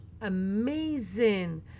amazing